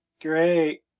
Great